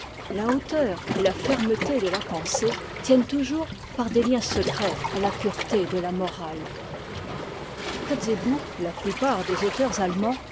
la hauteur et la fermeté de la pensée tiennent toujours par des liens secrets à la pureté de la morale kotzebue et la plupart des auteurs allemands